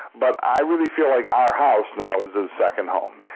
but i really feel like our house now is his second home.